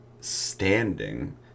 Standing